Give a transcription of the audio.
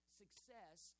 success